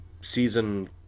season